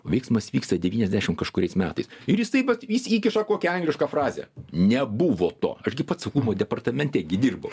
veiksmas vyksta devyniasdešimt kažkuriais metais ir jis tai vat jis įkiša kokią anglišką frazę nebuvo to aš gi pats saugumo departamente gi dirbu